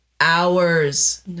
hours